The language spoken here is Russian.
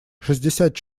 шестьдесят